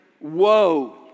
Woe